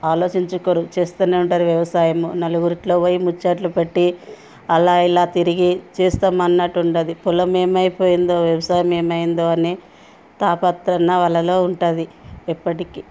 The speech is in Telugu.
ఆలోచించుకోరు చేస్తూనే ఉంటారు వ్యవసాయము నలుగులో పోయి ముచ్చట్లు పెట్టి అలా ఇలా తిరిగి చేస్తామన్నట్టు ఉండదు పొలం ఏమైపోయిందో వ్యవసాయం ఏమయిందో అని తాపత్రయం వాళ్ళల్లో ఉంటుంది ఎప్పటికీ